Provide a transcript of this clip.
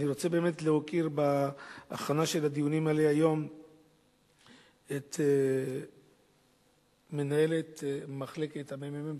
אני רוצה להוקיר בהכנה של הדיונים האלה היום את מנהלת הממ"מ בכנסת,